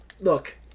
look